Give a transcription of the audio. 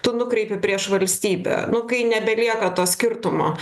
tu nukreipi prieš valstybę nu kai nebelieka to skirtumo